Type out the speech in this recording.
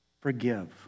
forgive